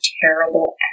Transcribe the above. terrible